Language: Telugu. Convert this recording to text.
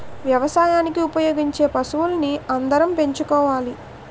వ్యవసాయానికి ఉపయోగించే పశువుల్ని అందరం పెంచుకోవాలి